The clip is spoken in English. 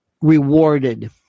rewarded